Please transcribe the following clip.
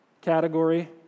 category